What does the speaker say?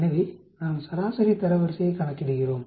எனவே நாம் சராசரி தரவரிசையைக் கணக்கிடுகிறோம்